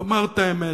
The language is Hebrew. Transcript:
תאמר את האמת,